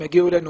הם יגיעו אלינו